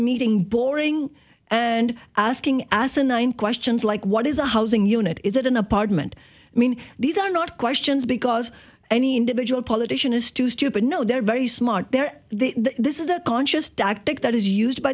meeting boring and asking asinine questions like what is a housing unit is it an apartment i mean these are not questions because any individual politician is too stupid know they're very smart they're this is a conscious doc tick that is used by